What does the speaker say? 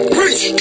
Preach